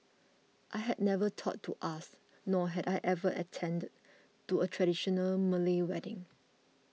I had never thought to ask nor had I ever attended to a traditional Malay wedding